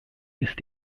ist